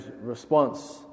response